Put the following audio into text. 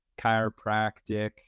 chiropractic